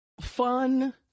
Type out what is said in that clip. fun